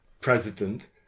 president